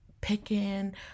picking